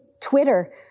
Twitter